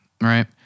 right